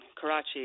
Karachi